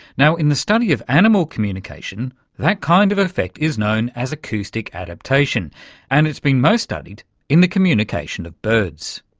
in the study of animal communication, that kind of effect is known as acoustic adaptation and it's been most studied in the communication of birds.